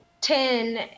Ten